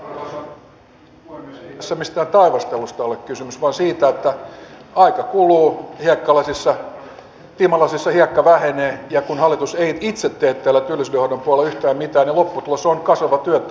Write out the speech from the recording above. ei tässä mistään taivastelusta ole kysymys vaan siitä että aika kuluu tiimalasissa hiekka vähenee ja kun hallitus ei itse tee täällä työllisyyden hoidon puolella yhtään mitään niin lopputulos on kasvava työttömyys edelleenkin